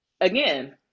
again